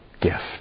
gift